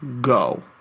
go